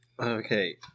Okay